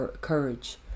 courage